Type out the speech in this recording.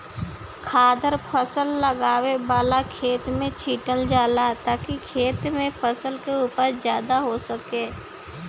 खादर फसल लगावे वाला खेत में छीटल जाला ताकि खेत में फसल के उपज ज्यादा हो सके